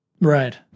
Right